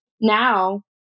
now